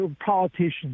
politicians